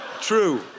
true